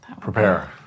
Prepare